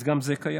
אז גם זה קיים.